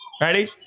Ready